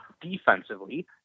defensively